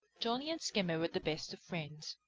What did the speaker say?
johnny and skimmer were the best of friends.